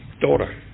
daughter